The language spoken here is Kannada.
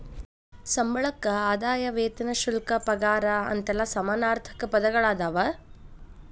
ಸಂಬಳಕ್ಕ ಆದಾಯ ವೇತನ ಶುಲ್ಕ ಪಗಾರ ಅಂತೆಲ್ಲಾ ಸಮಾನಾರ್ಥಕ ಪದಗಳದಾವ